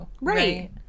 Right